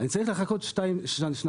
תצטרך לחכות שנתיים,